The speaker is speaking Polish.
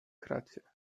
kracie